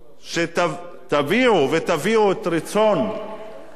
ותביאו את רצון האזרחים